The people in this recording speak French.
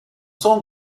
son